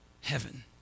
heaven